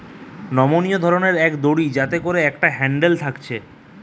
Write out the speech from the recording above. নমনীয় ধরণের এক দড়ি যাতে করে একটা হ্যান্ডেল থাকতিছে